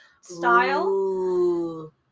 style